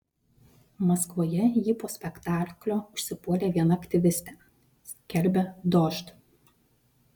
maskvoje jį po spektaklio užsipuolė viena aktyvistė skelbia dožd